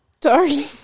sorry